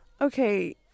okay